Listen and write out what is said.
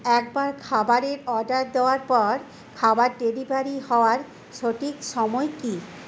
একবার খাবারের অর্ডার দেওয়ার পর খাবার ডেলিভারি হওয়ার সঠিক সময় কী